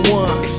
one